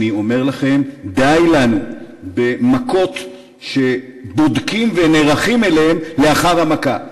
די לנו במכות שבודקים ונערכים אליהן לאחר המכה.